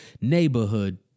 neighborhood